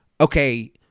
okay